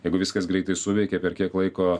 jeigu viskas greitai suveikė per kiek laiko